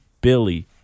Billy